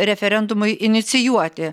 referendumui inicijuoti